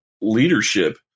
leadership